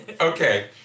okay